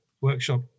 workshop